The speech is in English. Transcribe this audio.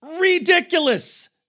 ridiculous